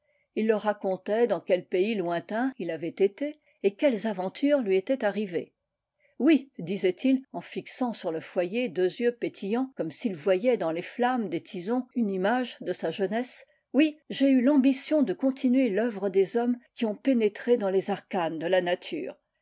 il leur racontait dans quels pays lointains il avait été et quelles aventures lui étaient arrivées oui disait-il en fixant sur le foyer deux yeux pétillants comme s'il voyait dans les flammes des tisons une image de sa jeunesse oui j'ai eu l'ambition de continuer l'œuvre des hommes qui ont pénétré dans les arcanes de la nature